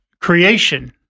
creation